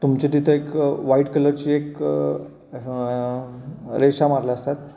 तुमची तिथं एक व्हाईट कलरची एक ह रेषा मारल्या असतात